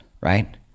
right